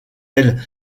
elle